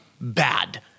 bad